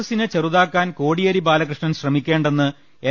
എസിനെ ചെറുതാക്കാൻ കോടിയേരി ബാലകൃഷ്ണൻ ശ്രമിക്കേണ്ടെന്ന് എൻ